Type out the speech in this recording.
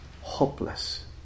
hopeless